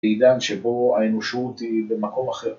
עידן שבו האנושות היא במקום אחר.